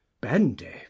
bendy